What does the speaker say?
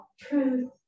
truth